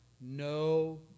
no